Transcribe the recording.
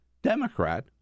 Democrat